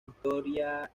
historia